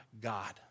God